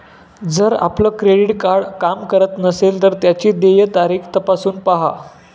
जर आपलं credit card काम करत नसेल तर त्याची देय तारीख तपासून पाहा